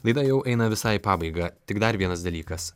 laida jau eina visai pabaiga tik dar vienas dalykas